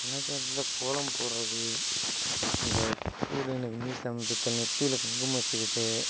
காலாச்சாரத்தில் கோலம் போடறது இந்த நெத்தியில் குங்குமம் வச்சுக்கிறது